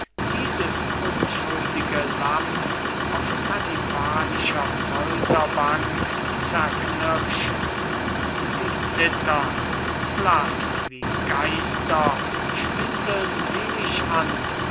dieses unschuldige lamm auf kannibalischer folterbank zerknirschen sie zittern blaß wie geister schwindeln sie mich an